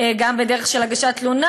גם בדרך של הגשת תלונה.